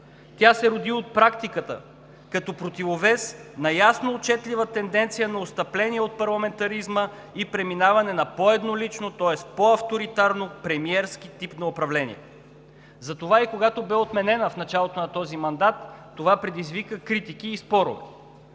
Тя се яви от практиката като противовес на ясно отчетлива тенденция на отстъпление от парламентаризма и преминаване на по-едноличен, тоест по-авторитарен премиерски тип на управление. Затова и, когато бе отменена в началото на този мандат, това предизвика критики и спорове.